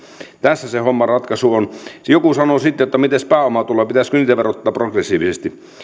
tässä se homman ratkaisu on joku sanoi sitten että mites pääomatulot pitäisikö niitä verottaa progressiivisesti